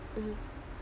mmhmm